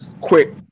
quick